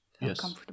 Yes